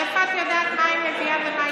מאיפה את יודעת מה היא מביאה ומה היא לא מביאה?